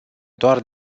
doar